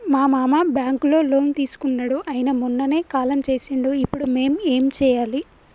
మా మామ బ్యాంక్ లో లోన్ తీసుకున్నడు అయిన మొన్ననే కాలం చేసిండు ఇప్పుడు మేం ఏం చేయాలి?